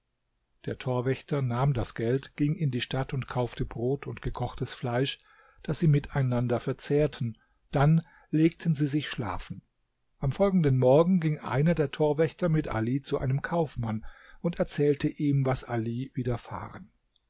der torwächter nahm das geld ging in die stadt und kaufte brot und gekochtes fleisch das sie miteinander verzehrten dann legten sie sich schlafen am folgenden morgen ging einer der torwächter mit ali zu einem kaufmann und erzählte ihm was ali widerfahren